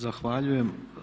Zahvaljujem.